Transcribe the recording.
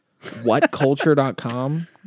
whatculture.com